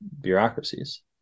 bureaucracies